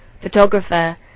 Photographer